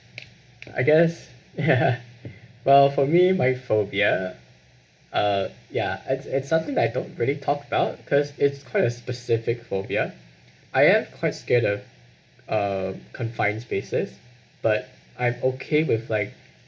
I guess ya well for me my phobia ah uh ya it's it's something that I don't really talk about because it's quite a specific phobia I am quite scared of uh confined spaces but I'm okay with like